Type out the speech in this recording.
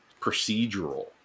procedural